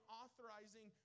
authorizing